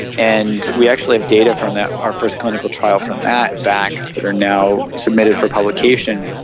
and we actually have data from that, our first clinical trial from that back that are now submitted for publication.